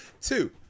Two